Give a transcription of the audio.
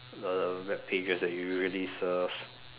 the webpages that you really serve